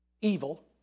Evil